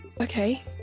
okay